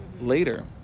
later